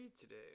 today